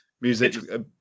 music